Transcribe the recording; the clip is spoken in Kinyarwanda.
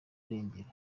irengero